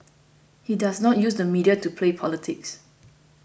he does not use the media to play politics